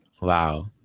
Wow